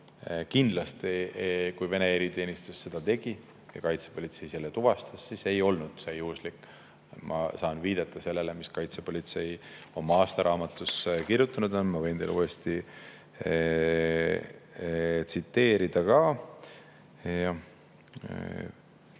Kindlasti, kui Vene eriteenistus seda tegi ja kaitsepolitsei selle tuvastas, siis ei olnud see juhuslik. Ma saan viidata sellele, mis kaitsepolitsei oma aastaraamatus kirjutanud on. Ma võin teile uuesti tsiteerida ka.